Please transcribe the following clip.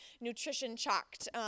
nutrition-chocked